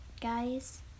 guys